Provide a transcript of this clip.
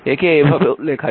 একে এভাবেও লেখা যায়